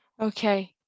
Okay